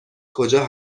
کجا